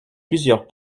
plusieurs